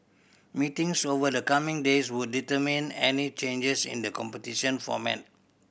meetings over the coming days would determine any changes in the competition format